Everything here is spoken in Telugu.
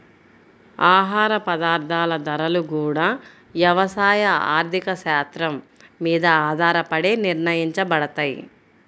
ఆహార పదార్థాల ధరలు గూడా యవసాయ ఆర్థిక శాత్రం మీద ఆధారపడే నిర్ణయించబడతయ్